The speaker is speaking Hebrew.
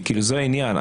זה העניין.